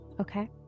Okay